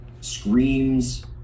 Screams